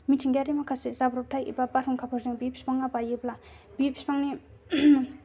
मिथिंगायारि माखासे जाब्रबथाय एबा बारहुंखाफोरजों बि बिफाङा बायोब्ला बे बिफांनि